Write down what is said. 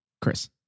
Chris